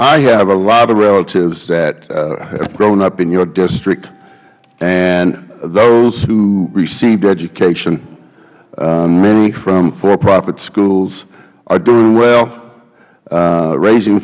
i have a lot of relatives that have grown up in your district and those who received education many from for profit schools are doing well raising